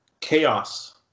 chaos